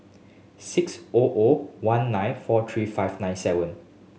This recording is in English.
six O O one nine four three five nine seven